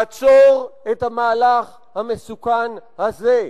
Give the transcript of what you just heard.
לעצור את המהלך המסוכן הזה,